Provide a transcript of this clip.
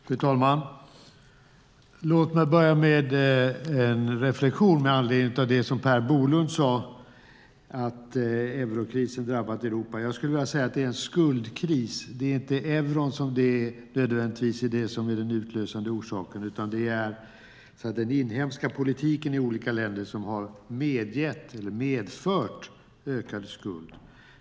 Fru talman! Låt mig börja med en reflexion med anledning av det som Per Bolund sade om att eurokrisen har drabbat Europa. Jag skulle vilja säga att det är en skuldkris. Det är inte euron som nödvändigtvis är den utlösande orsaken, utan det är den inhemska politiken i olika länder som har medgett eller medfört ökad skuld.